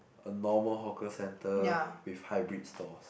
a normal hawker centre with hybrid stalls